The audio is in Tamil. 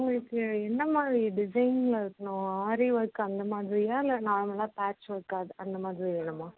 உங்களுக்கு எந்த மாதிரி டிசைனில் இருக்கணும் ஆரி ஒர்க் அந்தமாதிரியா இல்லை நார்மலாக பேட்ச் ஒர்க் அது அந்தமாதிரி வேணுமா